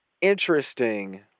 interesting